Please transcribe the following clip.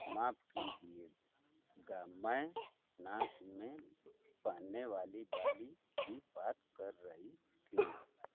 माफ़ कीजिएगा मैं नाक में पहनने वाली बाली की बात कर रही थी